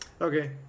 okay